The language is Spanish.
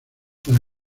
para